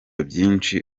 byinshi